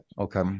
Okay